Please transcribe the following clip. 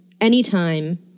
anytime